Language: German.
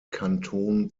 kanton